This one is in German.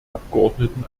abgeordneten